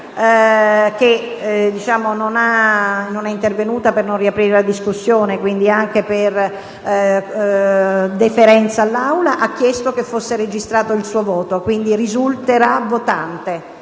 la ministra Idem non è intervenuta per non riaprire la discussione, anche per deferenza all'Assemblea, ma ha chiesto che fosse registrato il suo voto, quindi risulterà votante.